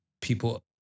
people